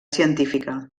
científica